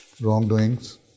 wrongdoings